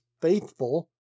faithful